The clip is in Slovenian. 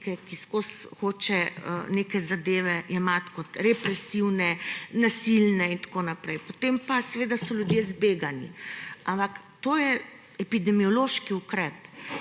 ki vseskozi hoče neke zadeve jemati kot represivne, nasilne in tako naprej, potem pa, seveda, so ljudje zbegani. Ampak, to je epidemiološki ukrep